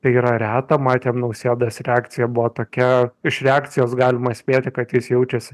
tai yra reta matėm nausėdos reakcija buvo tokia iš reakcijos galima spėti kad jis jaučiasi